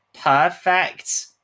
perfect